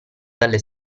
dalle